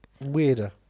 weirder